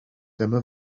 dyma